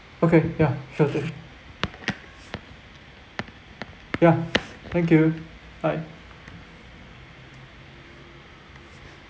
okay ya sure thing ya thank you bye